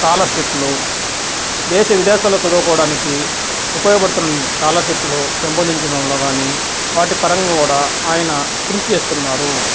స్కాలర్షిప్లు దేశ విదేశాల్లో చదువుకోవడానికి ఉపయోగపడుతుంటి వంటి స్కాలర్షిప్లు పెంపొందించడంలో కానీ వాటి పరంగా కూడా ఆయన కృషి చేస్తున్నారు